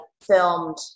filmed